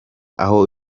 aho